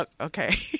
Okay